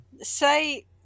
say